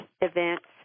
events